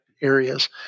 areas